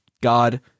God